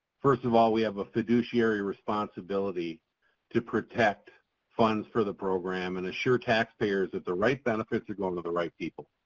first of all, we have a fiduciary responsibility to protect funds for the program and assure taxpayers that the right benefits are going to the right people.